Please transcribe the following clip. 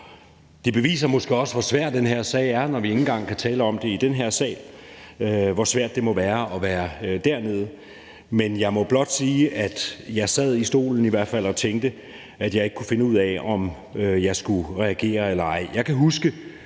Det beviser måske også, hvor svær den her sag er, når vi engang kan tale om det i den her sal, og hvor svært det også må være at være dernede. Men jeg må blot sige, at jeg sad i stolen og i hvert fald tænkte, at jeg ikke kunne finde ud af, om jeg skulle reagere eller ej. Jeg kan huske